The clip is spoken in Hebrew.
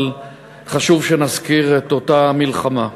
אבל חשוב שנזכיר את אותה מלחמה.